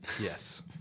Yes